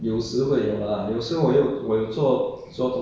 so did you even 看见太阳